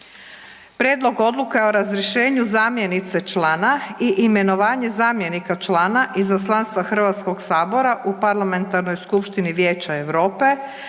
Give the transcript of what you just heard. Prijedlog Odluke razrješenju zamjenice člana i imenovanje zamjenika člana Izaslanstva HS-a u Parlamentarnoj skupštini Vijeća EU;